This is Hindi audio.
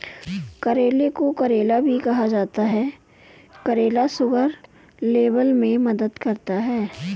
करेले को करेला भी कहा जाता है करेला शुगर लेवल में मदद करता है